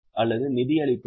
அல்லது நிதியளிப்பதா